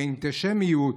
כאנטישמיות.